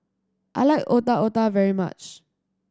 I like Otak Otak very much